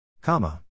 Comma